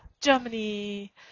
Germany